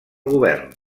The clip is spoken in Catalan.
govern